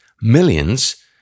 millions